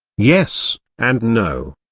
yes, and no.